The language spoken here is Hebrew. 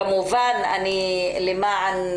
כמובן למען